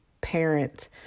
parent